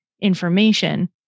information